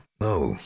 No